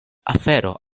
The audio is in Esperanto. afero